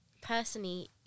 personally